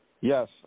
Yes